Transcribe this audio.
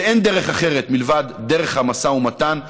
שבעצם אין דרך אחרת מלבד דרך המשא ומתן.